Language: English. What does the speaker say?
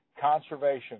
conservation